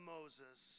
Moses